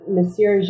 Monsieur